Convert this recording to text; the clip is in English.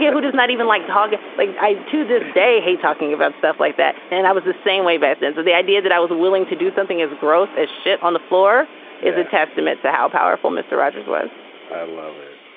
yeah who does not even like to hug like i to this day hate talking about stuff like that and i was the same way bet. and so the idea that i was willing to do something as gross as shit on the floor is a testament to how powerful mr. rogers was i love it.